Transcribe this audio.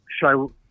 show